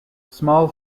small